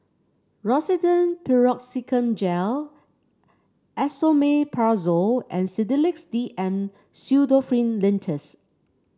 Rosiden Piroxicam Gel Esomeprazole and Sedilix DM Pseudoephrine Linctus